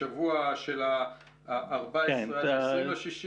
בשבוע של ה-14 עד ה-20 ליוני?